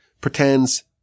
pretends